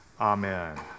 Amen